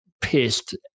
pissed